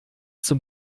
zum